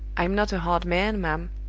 i'm not a hard man, ma'am,